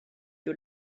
you